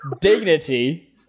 Dignity